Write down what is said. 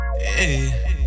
Hey